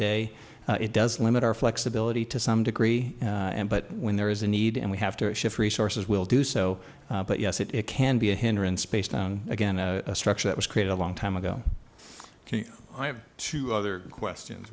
day it does limit our flexibility to some degree and but when there is a need and we have to shift resources will do so but yes it can be a hindrance based on again a structure that was created a long time ago i have two other questions